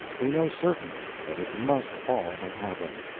we know certainly that it must all have happened.